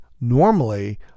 normally